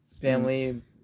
family